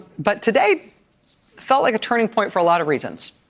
but today felt like a turning point for a lot of reasons.